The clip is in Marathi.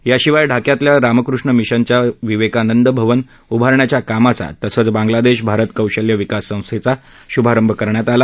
याशिवाय ढाक्यातील रामकृष्ण मिशनच्या विवेकानंद भवन उभारण्याच्या कामाचा तसंच बांगलादेश भारत कौशल्य विकास संस्थेचा शुभारंभ करण्यात आला